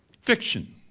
Fiction